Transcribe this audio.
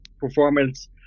performance